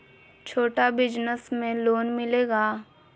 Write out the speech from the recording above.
छोटा बिजनस में लोन मिलेगा?